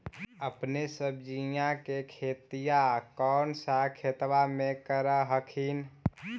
अपने सब्जिया के खेतिया कौन सा खेतबा मे कर हखिन?